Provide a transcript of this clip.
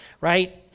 right